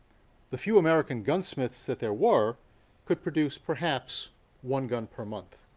the few american gunsmiths that there were could produce perhaps one gun per month.